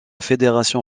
fédération